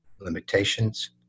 limitations